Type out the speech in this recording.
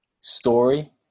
story